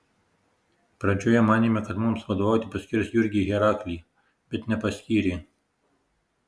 pradžioje manėme kad mums vadovauti paskirs jurgį heraklį bet nepaskyrė